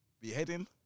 Beheading